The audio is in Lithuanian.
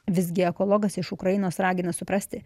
visgi ekologas iš ukrainos ragina suprasti